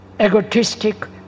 egotistic